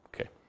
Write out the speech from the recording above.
Okay